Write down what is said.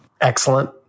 Excellent